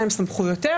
מהן סמכויותיה,